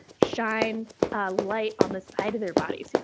shine a light on the side of their bodies.